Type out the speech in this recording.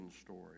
story